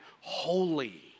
holy